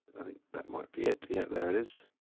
i think that might be it, yeah, there it is.